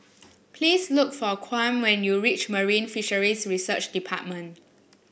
please look for Kwame when you reach Marine Fisheries Research Department